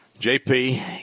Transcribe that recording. JP